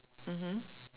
mmhmm